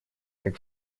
как